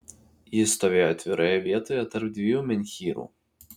ji stovėjo atviroje vietoje tarp dviejų menhyrų